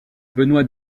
benoît